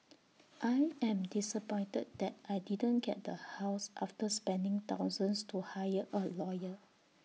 I am disappointed that I didn't get the house after spending thousands to hire A lawyer